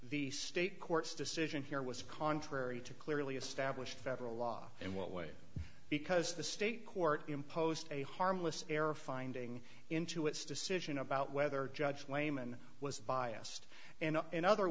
the state court's decision here was contrary to clearly established federal law in what way because the state court imposed a harmless error finding into its decision about whether judge wayman was biased and in other